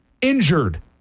injured